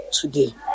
today